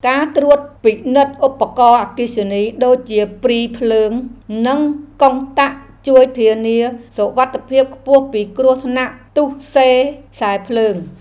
ការត្រួតពិនិត្យឧបករណ៍អគ្គិសនីដូចជាព្រីភ្លើងនិងកុងតាក់ជួយធានាសុវត្ថិភាពខ្ពស់ពីគ្រោះថ្នាក់ទុស្សេខ្សែភ្លើង។